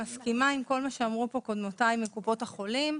אני מסכימה עם כל מה שאמרו פה קודמותיי מקופות החולים.